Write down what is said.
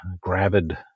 gravid